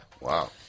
Wow